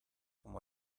como